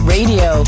Radio